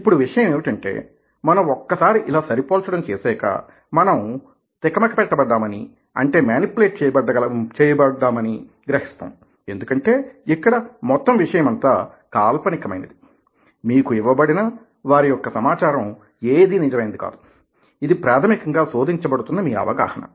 ఇప్పుడు విషయం ఏమిటంటే మనం ఒక్కసారి ఇలా సరిపోల్చడం చేశాక మనం తికమకపెట్ట బడ్డామని గ్రహిస్తాం ఎందుకంటే ఇక్కడ మొత్తం విషయమంతా కాల్పనిక మైనది మీకు ఇవ్వబడిన వారి యొక్క సమాచారం ఏదీ నిజమైనది కాదు ఇది ప్రాధమికంగా శోధించబడుతున్న మీ అవగాహన